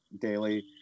daily